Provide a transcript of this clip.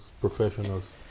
professionals